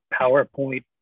PowerPoint